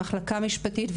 מחלקה משפטית,